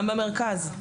גם במרכז.